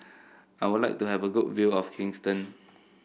I would like to have a good view of Kingston